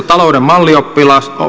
talouden mallioppilaan